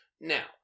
Now